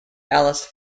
alice